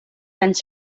anys